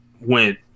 went